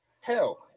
hell